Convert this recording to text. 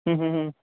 ہوں ہوں ہوں